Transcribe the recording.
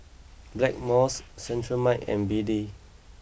Blackmores Cetrimide and B D